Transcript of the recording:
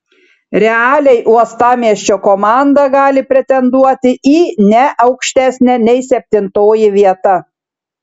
realiai uostamiesčio komanda gali pretenduoti į ne aukštesnę nei septintoji vieta